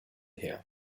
her